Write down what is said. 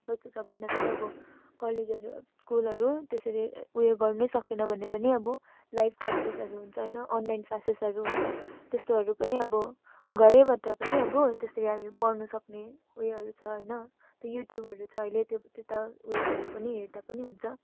कस्तो छ भन्दा पनि अब कलेजहरू स्कुलहरू त्यसरी उयो गर्नै सकेन भने पनि अब लाइभ क्लासेसहरू हुन्छ होइन अनलाइन क्लासेसहरू हुन्छ त्यस्तोहरू पनि अब घरैबाट पनि अब त्यसरी हामी पढ्नसक्ने उयोहरू छ होइन अनि युट्युबहरू छ अहिले त्यो त उवेसहरू पनि हेर्दा पनि हुन्छ